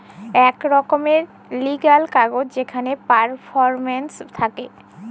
এক রকমের লিগ্যাল কাগজ যেখানে পারফরম্যান্স থাকে